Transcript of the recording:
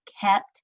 kept